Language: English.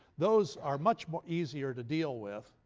those are much but easier to deal with.